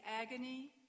agony